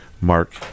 Mark